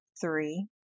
three